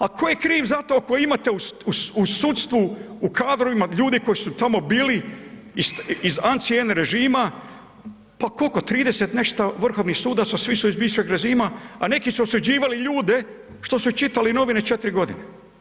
A tko je kriv za to ako imate u sudstvu u kadrovima ljude koji su tamo bili iz … režima pa koliko 30 i nešto vrhovnih sudaca svi su iz bivšeg režima, a neki su osuđivali ljude što su čitali novine četiri godine.